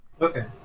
Okay